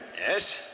Yes